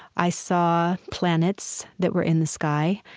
i saw planets that were in the sky.